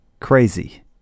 crazy